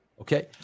Okay